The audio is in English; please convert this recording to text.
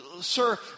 sir